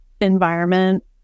environment